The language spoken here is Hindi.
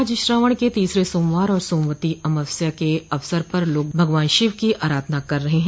आज श्रावण के तीसरे सोमवार और सोमवती अमावस्या के अवसर पर लोग भगवान शिव की आराधना कर रहे हैं